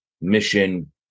mission